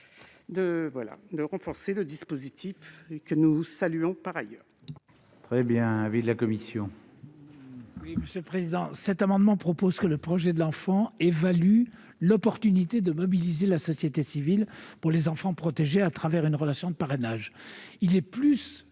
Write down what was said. de renforcer le dispositif que nous saluons par ailleurs. Quel est l'avis de la commission ? Notre collègue propose que le projet de l'enfant évalue l'opportunité de mobiliser la société civile pour les enfants protégés à travers une relation de parrainage. Cet